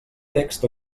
text